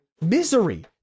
misery